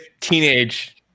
teenage